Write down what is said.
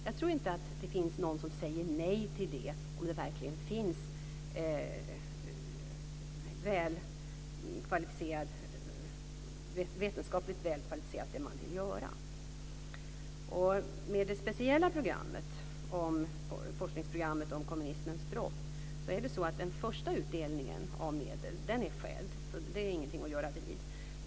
Jag tror inte att det finns någon som säger nej till det om det man vill göra verkligen är vetenskapligt väl kvalificerat. I det speciella forskningsprogrammet om kommunismens brott har den första utdelningen av medel redan skett. Den är ingenting att göra vid.